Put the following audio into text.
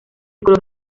color